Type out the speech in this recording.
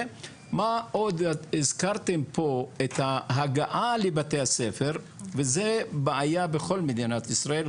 מה עוד שהזכרתם פה את ההגעה לבתי הספר וזו בעיה בכל מדינת ישראל,